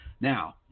Now